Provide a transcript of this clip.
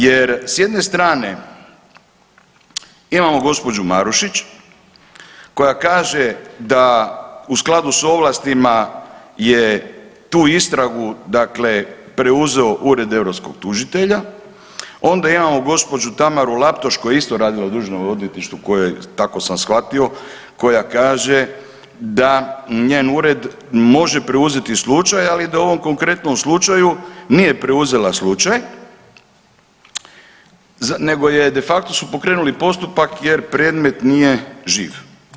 Jer s jedne strane imamo gospođu Marušić koja kaže da u skladu s ovlastima je tu istragu preuzeo Ured europskog tužitelja, onda imamo gospođu Tamaru Laptoš koja je isto radila u državnom odvjetništvu koja, tako sam shvatio, koja kaže da njen ured može preuzeti slučaja, li da u ovom konkretnom slučaju nije preuzela slučaj nego su de facto pokrenuli postupak jer predmet nije živ.